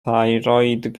thyroid